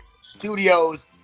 Studios